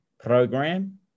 program